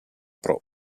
pro